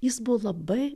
jis buvo labai